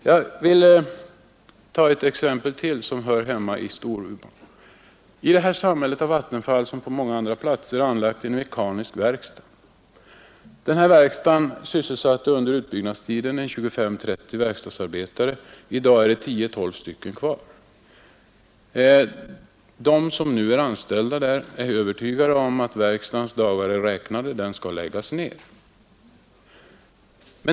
Jag vill ta ännu ett exempel från Storuman. I detta samhälle har Vattenfall som på många andra platser anlagt en mekanisk verkstad. Denna verkstad sysselsatte under utbyggnadstiden 25—30 verkstadsarbetare. I dag är det 10—12 kvar. De som är anställda där är övertygade om att verkstadens dagar är räknade. Den skall läggas ned.